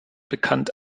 bekannt